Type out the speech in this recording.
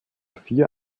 vier